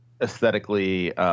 aesthetically